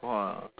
!wah!